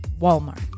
Walmart